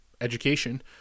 education